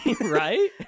right